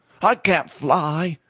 i can't fly,